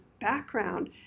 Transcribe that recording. background